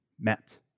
met